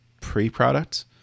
pre-product